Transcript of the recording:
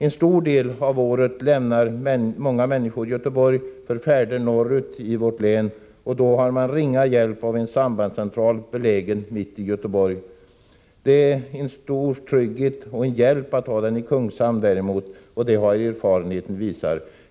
En stor del av året lämnar många människor Göteborg för färder norrut i vårt län, och då har de ringa hjälp av en sambandscentral som är belägen mitt i Göteborg. Däremot är det en stor trygghet och hjälp att ha den i Kungshamn. Det har erfarenheten visat.